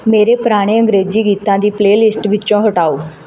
ਮੇਰੇ ਪੁਰਾਣੇ ਅੰਗਰੇਜ਼ੀ ਗੀਤਾਂ ਦੀ ਪਲੇਲਿਸਟ ਵਿੱਚੋਂ ਹਟਾਓ